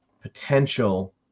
potential